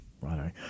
righto